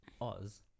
Oz